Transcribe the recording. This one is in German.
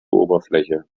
oberfläche